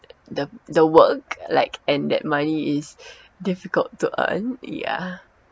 the the work like and that money is difficult to earn yeah